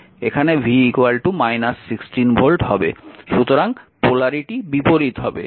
সুতরাং পোলারিটি বিপরীত হবে